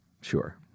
Sure